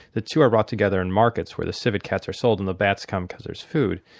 the two are brought together in markets where the civet cats are sold and the bats come because there's food.